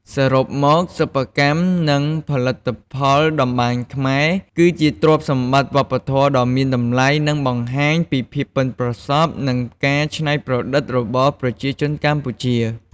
សរុបមក សិប្បកម្ម និងផលិតផលតម្បាញខ្មែរ គឺជាទ្រព្យសម្បត្តិវប្បធម៌ដ៏មានតម្លៃ ដែលបង្ហាញពីភាពប៉ិនប្រសប់ និងការច្នៃប្រឌិតរបស់ប្រជាជនកម្ពុជា។